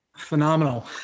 Phenomenal